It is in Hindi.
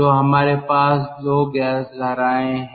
तो हमारे पास दो गैस धाराएं हैं